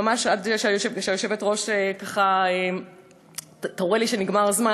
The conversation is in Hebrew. ממש עד שהיושבת-ראש תורה לי שנגמר הזמן,